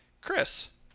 Chris